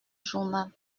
journal